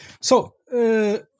So-